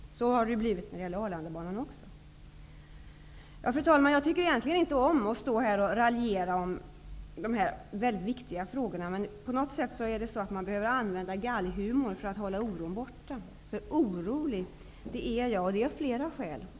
Så har det blivit även med Fru talman! Jag tycker egentligen inte om att stå här och raljera om dessa mycket viktiga frågor. Man måste på något sätt använda galghumor för att hålla oron borta. Orolig är jag, och det av flera skäl.